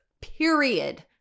period